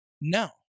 No